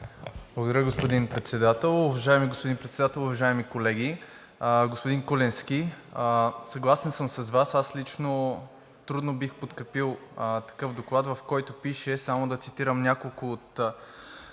Уважаеми господин Председател, уважаеми колеги! Господин Куленски, съгласен съм с Вас, аз лично трудно бих подкрепил такъв доклад, в който пише, само да цитирам няколко от